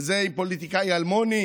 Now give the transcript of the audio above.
וזה עם פוליטיקאי אלמוני,